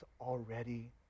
already